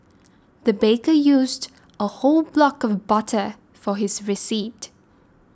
the baker used a whole block of butter for this recipe